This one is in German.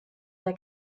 der